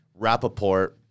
Rappaport